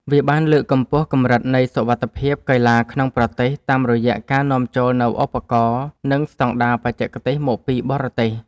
វាបានលើកកម្ពស់កម្រិតនៃសុវត្ថិភាពកីឡាក្នុងប្រទេស តាមរយៈការនាំចូលនូវឧបករណ៍ និងស្ដង់ដារបច្ចេកទេសមកពីបរទេស។